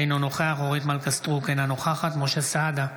אינו נוכח אורית מלכה סטרוק, אינה נוכחת משה סעדה,